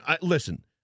listen